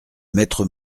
maître